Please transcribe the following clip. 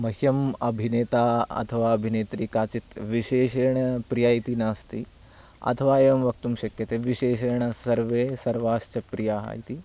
मह्यम् अभिनेता अथवा अभिनेत्री काचित् विशेषेण प्रिया इति नास्ति अथवा एवं वक्तुं शक्यते विशेषेण सर्वे सर्वाश्च प्रियाः इति